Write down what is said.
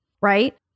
right